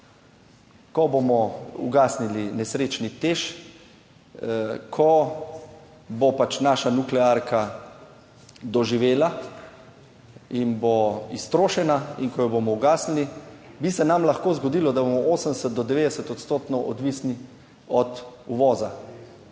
ko bomo ugasnili nesrečni Teš, ko bo pač naša nuklearka doživela in bo iztrošena in ko jo bomo ugasnili, bi se nam lahko zgodilo, da bomo 80 do 90 odstotno odvisni od uvoza.